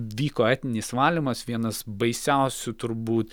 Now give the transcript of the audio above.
vyko etninis valymas vienas baisiausių turbūt